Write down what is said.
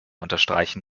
unterstreichen